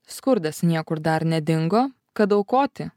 skurdas niekur dar nedingo kad aukoti